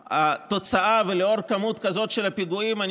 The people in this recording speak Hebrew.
לנוכח התוצאה ולנוכח הכמות הזאת של הפיגועים אני